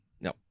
No